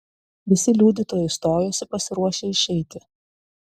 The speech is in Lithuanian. visi liudytojai stojosi pasiruošę išeiti